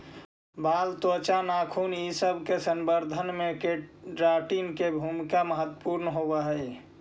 बाल, त्वचा, नाखून इ सब के संवर्धन में केराटिन के भूमिका महत्त्वपूर्ण होवऽ हई